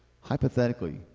Hypothetically